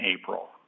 April